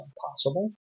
possible